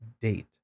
date